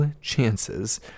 chances